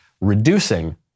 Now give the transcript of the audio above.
reducing